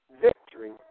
victory